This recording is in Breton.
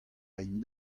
aimp